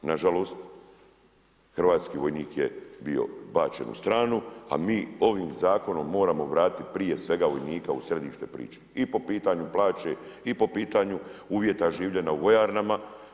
Na žalost, hrvatski vojnik je bio bačen u stranu, a mi ovim zakonom moramo vratiti prije svega vojnika u središte priče i po pitanju plaće i po pitanju uvjeta življenja u vojarnama.